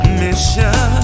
mission